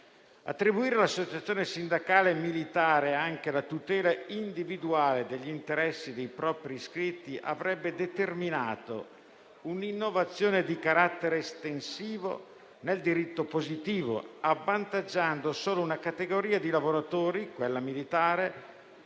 Attribuire all'associazione sindacale militare anche la tutela individuale degli interessi dei propri iscritti avrebbe determinato un'innovazione di carattere estensivo nel diritto positivo, avvantaggiando solo una categoria di lavoratori, quella militare,